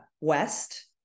West